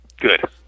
Good